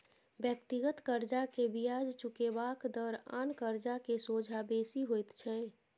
व्यक्तिगत कर्जा के बियाज चुकेबाक दर आन कर्जा के सोंझा बेसी होइत छै